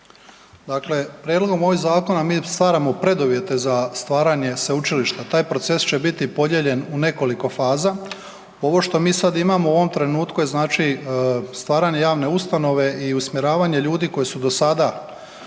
Dakle, prijedlogom ovog zakona mi stvaramo preduvjete za stvaranje sveučilišta. Taj proces će biti podijeljen u nekoliko faza. Ovo što mi sada imamo u ovom trenutku je stvaranje javne ustanove i usmjeravanje ljudi koji su do sada